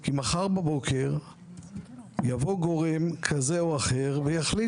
כי מחר בבוקר יבוא גורם כזה או אחר ויחליט